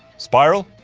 spiral?